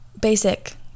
basic